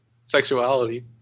sexuality